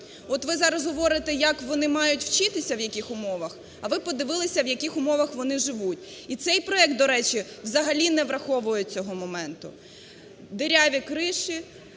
От ви зараз говорите, як вони мають вчитися, в яких умовах, а ви б подивилися, в яких умовах вони живуть. І цей проект, до речі, взагалі не враховує цього моменту: